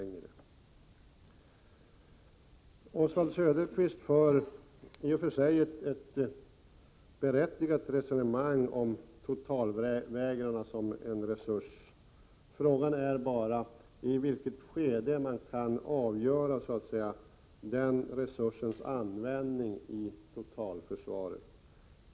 Oswald Söderqvist för i och för sig ett riktigt resonemang om totalvägrarna som en resurs. Frågan är bara i vilket skede man kan avgöra den resursens användbarhet i totalförsvaret.